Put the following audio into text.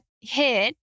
hit